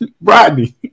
Rodney